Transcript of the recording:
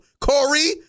Corey